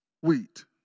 wheat